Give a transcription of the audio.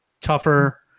tougher